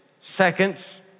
seconds